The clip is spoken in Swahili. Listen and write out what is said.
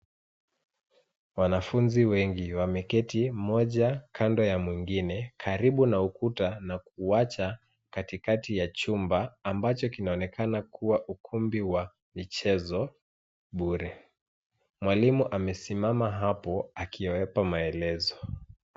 Wanafunzi wengi wameketi mmoja kando ya mwingine karibu na ukuta na kuacha katikati ya chumba ambacho kinaonekana kuwa ukumbi wa michezo bure. Mwalimu amesimama hapo akiwapa maelezo.